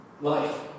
life